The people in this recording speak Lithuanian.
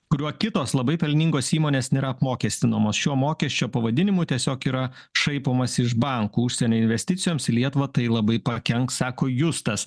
kuriuo kitos labai pelningos įmonės nėra apmokestinamos šio mokesčio pavadinimu tiesiog yra šaipomasi iš bankų užsienio investicijoms į lietuvą tai labai pakenks sako justas